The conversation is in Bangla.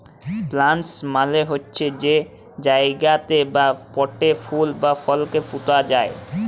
প্লান্টার্স মালে হছে যে জায়গাতে বা পটে ফুল বা ফলকে পুঁতা যায়